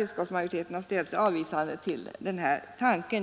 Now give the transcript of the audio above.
Utskottsmajoriteten har också ställt sig avvisande till denna tanke.